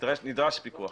נדרש פיקוח,